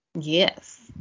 yes